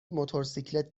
موتورسیکلت